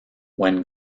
when